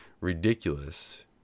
ridiculous